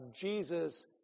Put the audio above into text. Jesus